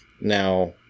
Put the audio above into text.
Now